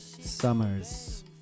Summers